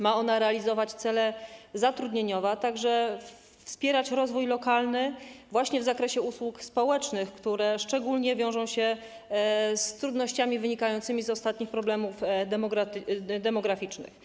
Ma ona realizować cele zatrudnieniowe, a także wspierać rozwój lokalny właśnie w zakresie usług społecznych, które szczególnie wiążą się z trudnościami wynikającymi z ostatnich problemów demograficznych.